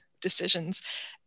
decisions